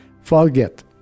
forget